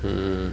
mm